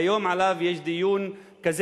והיום יש עליו דיון כזה,